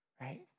Right